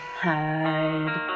hide